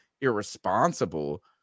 irresponsible